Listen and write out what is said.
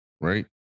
Right